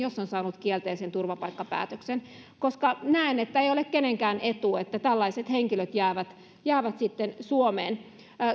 jos on saanut kielteisen turvapaikkapäätöksen koska näen että ei ole kenenkään etu että tällaiset henkilöt jäävät jäävät suomeen